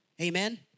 amen